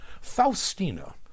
Faustina